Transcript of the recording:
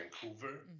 Vancouver